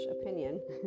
opinion